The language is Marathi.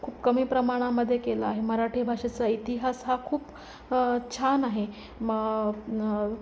खूप कमी प्रमाणामध्ये केला आहे मराठी भाषेचा इतिहास हा खूप छान आहे म न